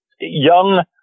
young